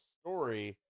story